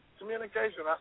communication